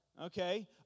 okay